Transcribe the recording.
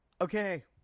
Okay